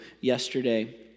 yesterday